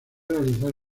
realizar